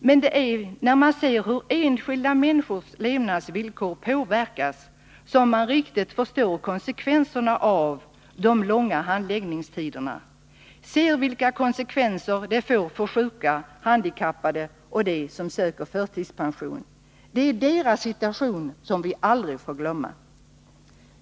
Men det är när man ser hur enskilda människors levnadsvillkor påverkas som man riktigt förstår konsekvenserna av de långa handläggningstiderna — konsekvenserna för de sjuka, de handikappade och för dem som söker förtidspension. Det är deras situation som vi aldrig får glömma.